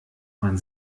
man